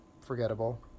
forgettable